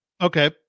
Okay